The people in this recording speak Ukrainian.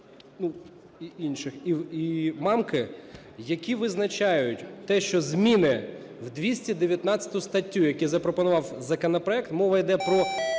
і Мамки. Які визначають те, що зміни в 219 статтю, які запропонував законопроект, мова йде про